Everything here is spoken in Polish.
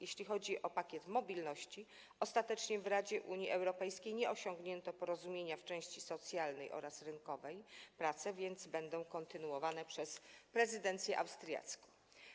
Jeśli chodzi o pakiet mobilności, ostatecznie w Radzie Unii Europejskiej nie osiągnięto porozumienia w części socjalnej oraz rynkowej, więc prace będą kontynuowane przez prezydencję austriacką.